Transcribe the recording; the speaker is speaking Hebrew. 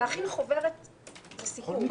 להכין חוברת זה סיפור.